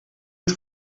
het